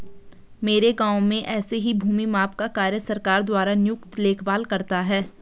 मेरे गांव में ऐसे ही भूमि माप का कार्य सरकार द्वारा नियुक्त लेखपाल करता है